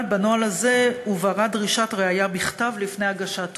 אבל בנוהל הזה הובהרה דרישת ראיה בכתב לפני הגשת תובענה.